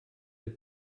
être